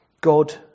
God